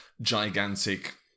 gigantic